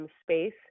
space